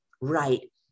Right